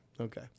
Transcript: Okay